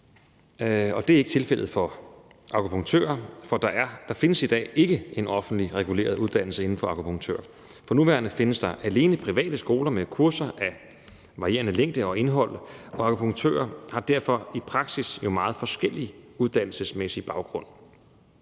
og det er ikke tilfældet for akupunktører, for der findes i dag ikke en offentligt reguleret uddannelse inden for akupunktører. For nuværende findes der alene private skoler med kurser af varierende længde og indhold, og akupunktører har jo derfor i praksis en meget forskellig uddannelsesmæssig baggrund,